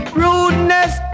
rudeness